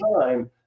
time